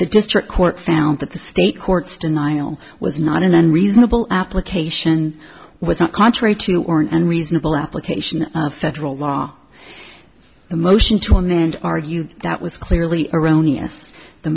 the district court found that the state courts denial was not an unreasonable application was not contrary to or and reasonable application of federal law a motion to amend argue that was clearly erroneous the